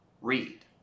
read